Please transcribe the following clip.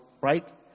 right